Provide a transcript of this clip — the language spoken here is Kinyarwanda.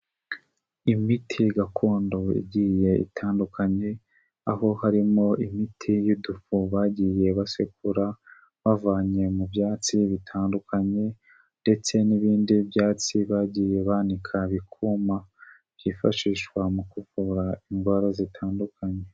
Imiti gakondo igiye itandukanye, aho harimo imiti y'udufu bagiye basekura bavanye mu byatsi bitandukanye ndetse n'ibindi byatsi bagiye banika ibikuma, byifashishwa mu kuvura indwara zitandukanye.